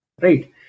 right